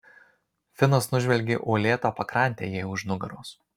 finas nužvelgė uolėtą pakrantę jai už nugaros